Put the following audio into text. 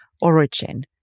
origin